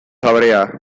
habría